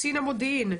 קצין המודיעין,